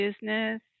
business